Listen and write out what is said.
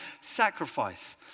sacrifice